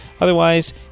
Otherwise